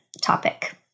topic